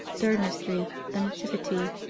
third mystery. the nativity.